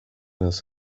his